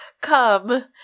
come